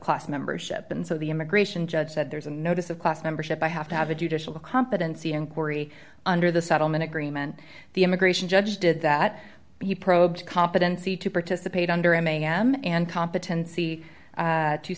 class membership and so the immigration judge said there's a notice of class membership i have to have a judicial competency inquiry under the settlement agreement the immigration judge did that he probed competency to participate under mam and competency